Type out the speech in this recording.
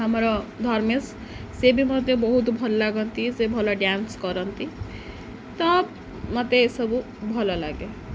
ଆମର ଧର୍ମେସ ସେ ବି ମୋତେ ବହୁତ ଭଲ ଲାଗନ୍ତି ସେ ଭଲ ଡ୍ୟାନ୍ସ କରନ୍ତି ତ ମୋତେ ଏସବୁ ଭଲ ଲାଗେ